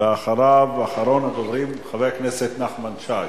אחריו, אחרון הדוברים, חבר הכנסת נחמן שי.